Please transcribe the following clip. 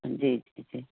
जी जी